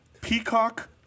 peacock